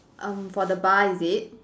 um for the bar is it